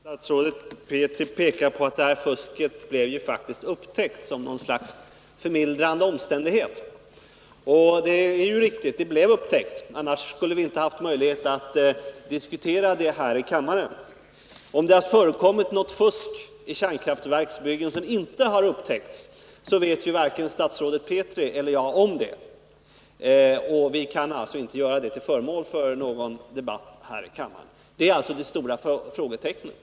Herr talman! Statsrådet Petri pekar på att det här fusket faktiskt blev upptäckt och anför det som något slags förmildrande omständighet. Och det är riktigt att det blev upptäckt — annars skulle vi inte haft möjlighet att diskutera det här i kammaren. Om det förekommit fusk i kärnkraftverksbyggen som inte har upptäckts, så vet ju varken statsrådet Petri eller jag om det, och vi kan alltså inte göra det till föremål för någon debatt. Men detta är det stora frågetecknet.